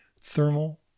thermal